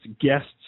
guests